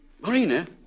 Marina